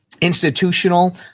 Institutional